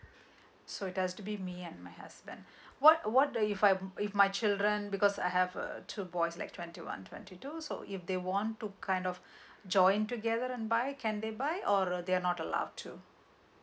so it has to be me and my husband what what if I if my children because I have uh two boys like twenty one twenty two do so if they want to kind of join together and buy can they buy or they are not allowed to